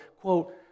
quote